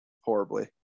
horribly